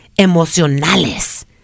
emocionales